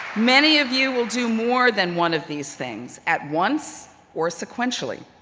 many of you will do more than one of these things, at once or sequentially.